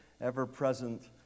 ever-present